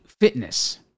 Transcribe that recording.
fitness